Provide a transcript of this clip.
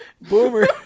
Boomer